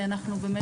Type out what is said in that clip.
אנחנו באמת,